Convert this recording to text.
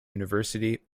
university